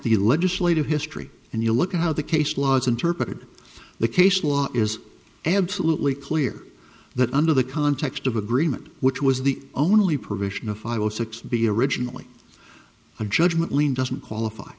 the legislative history and you look at how the case law is interpreted the case law is absolutely clear that under the context of agreement which was the only provision of five or six to be originally a judgment lien doesn't qualify